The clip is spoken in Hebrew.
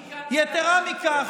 אני כאן, קריב, יתרה מזו,